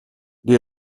die